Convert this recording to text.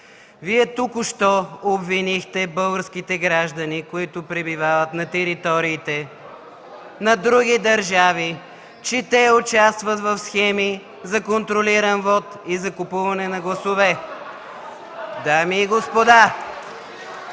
Вие току-що обвинихте българските граждани, които пребивават на териториите на други държави, че те участват в схеми за контролиран вот и за купуване на гласове. (Силен